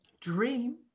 Dream